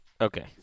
Okay